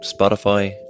Spotify